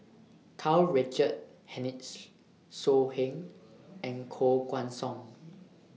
Karl Richard Hanitsch So Heng and Koh Guan Song